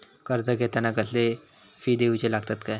कर्ज घेताना कसले फी दिऊचे लागतत काय?